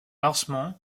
lancement